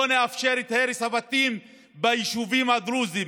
לא נאפשר את הרס הבתים בישובים הדרוזיים.